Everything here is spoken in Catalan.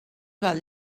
val